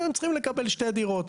הם צריכים לקבל שתי דירות.